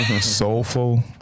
Soulful